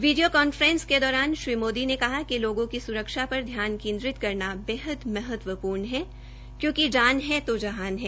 video conference के दौरान श्री मोदी ने कहा कि लोगों की सुरक्षा पर ध्यान केन्द्रित करना बेहद महत्वपूर्ण है क्योंकि जान है तो जहान है